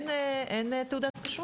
שאין תעודת כשרות?